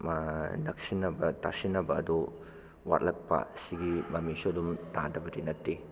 ꯅꯛꯁꯤꯟꯅꯕ ꯇꯁꯤꯟꯅꯕ ꯑꯗꯨ ꯋꯥꯠꯂꯛꯄ ꯑꯁꯤꯒꯤ ꯃꯃꯤꯁꯨ ꯑꯗꯨꯝ ꯇꯥꯗꯕꯗꯤ ꯅꯠꯇꯦ